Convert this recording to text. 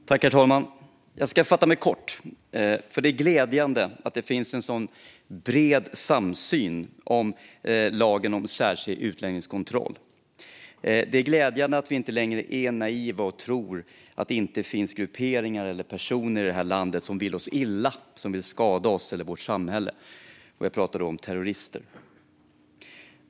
Herr talman! Jag ska fatta mig kort. Det är glädjande att det finns en bred samsyn om lagen om särskild utlänningskontroll. Det är glädjande att vi inte längre är naiva och tror att det inte finns grupperingar eller personer i detta land som vill oss illa och som vill skada oss eller vårt samhälle. Jag pratar då om terrorister.